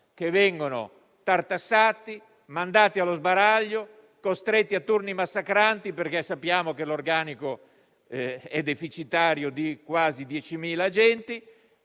che vengono tartassati, mandati allo sbaraglio, costretti a turni massacranti (perché sappiamo che l'organico è deficitario di quasi diecimila agenti),